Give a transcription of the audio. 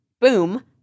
Boom